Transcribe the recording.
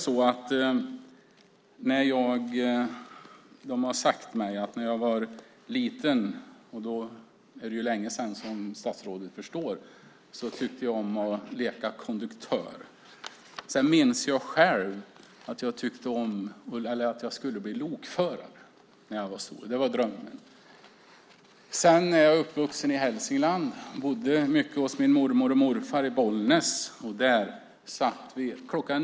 Man har sagt mig att när jag var liten - det är, som statsrådet förstår, länge sedan - tyckte jag om att leka konduktör. Jag minns själv att jag skulle bli lokförare när jag blev stor. Det var drömmen. Jag är uppvuxen i Hälsingland och bodde mycket hos min mormor och morfar i Bollnäs. Där satt vi kl.